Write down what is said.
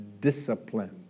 Discipline